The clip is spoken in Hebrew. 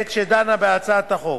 בעת שדנה בהצעת החוק.